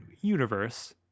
universe